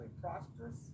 prosperous